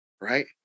Right